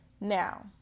Now